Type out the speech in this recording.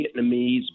Vietnamese